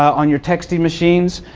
on your texting machines.